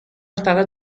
فقط